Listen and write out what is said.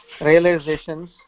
realizations